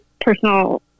personal